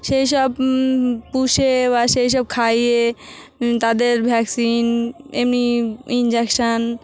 সেই সব পুষে বা সেই সব খাইয়ে তাদের ভ্যাকসিন এমনি ইঞ্জেকশন